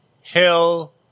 Hill